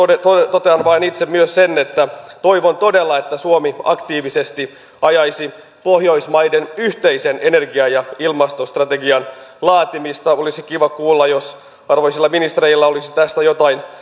totean vain itse myös sen että toivon todella että suomi aktiivisesti ajaisi pohjoismaiden yhteisen energia ja ilmastostrategian laatimista olisi kiva kuulla jos arvoisilla ministereillä olisi tästä jotain